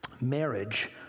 marriage